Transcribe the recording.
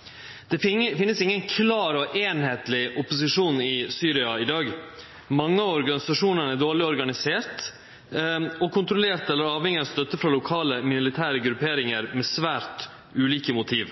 sivilsamfunnet. Det finst ingen klar og einskapleg opposisjon i Syria i dag. Mange av organisasjonane er dårleg organiserte, og kontrollerte eller avhengige av støtte frå lokale militære grupperingar med svært ulike motiv.